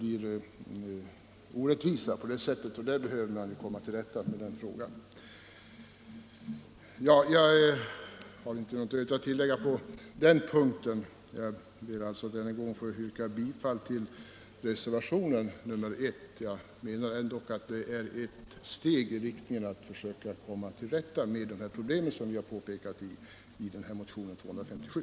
Jag ber alltså att än en gång få yrka bifall till reservationen 1. Den innebär ett steg i riktning mot att komma till rätta med de problem vi har påpekat i motionen 257.